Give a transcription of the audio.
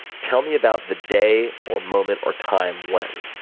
tell me about the day or moment or time when,